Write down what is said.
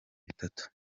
bitatu